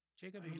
Jacob